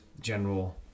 general